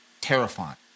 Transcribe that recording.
terrifying